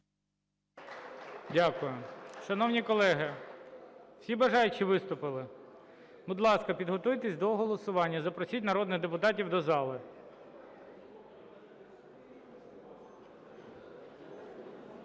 Дякую. Шановні колеги, всі бажаючі виступили? Будь ласка, підготуйтесь до голосування, запросіть народних депутатів до зали.